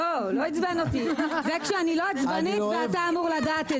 זה כשאני לא עצבנית, ואתה אמור לדעת את